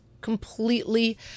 completely